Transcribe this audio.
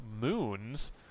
moons